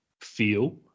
feel